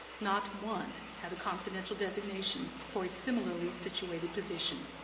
not one had a confidential designation for a similarly situated position.